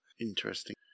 interesting